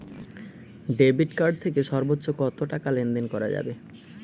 Debit card থেকে সর্বোচ্চ কত টাকা লেনদেন করা যাবে?